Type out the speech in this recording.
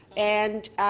and